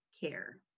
care